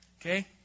Okay